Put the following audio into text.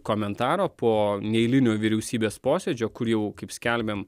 komentaro po neeilinio vyriausybės posėdžio kur jau kaip skelbėm